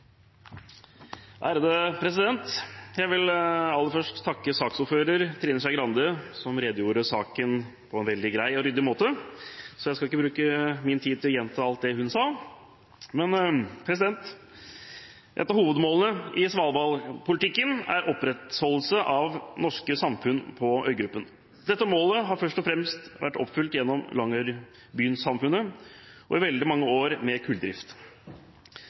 Jeg vil aller først takke saksordføreren, Trine Skei Grande, som redegjorde for saken på en veldig grei og ryddig måte, så jeg skal ikke bruke min tid til å gjenta alt det hun sa. Et av hovedmålene i Svalbard-politikken er opprettholdelse av norske samfunn på øygruppen. Dette målet har først og fremst vært oppfylt gjennom Longyearby-samfunnet, og i veldig mange år med kulldrift.